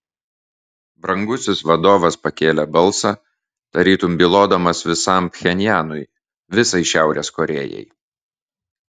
brangusis vadovas pakėlė balsą tarytum bylodamas visam pchenjanui visai šiaurės korėjai